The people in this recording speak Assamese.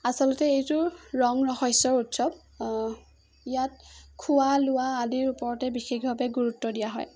আচলতে এইটো ৰং ৰহইচৰ উৎসৱ ইয়াত খোৱা লোৱা আদিৰ ওপৰতে বিশেষভাৱে গুৰুত্ব দিয়া হয়